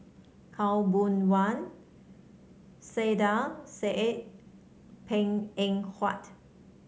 Khaw Boon Wan Saiedah Said Png Eng Huat